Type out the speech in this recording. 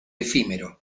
efímero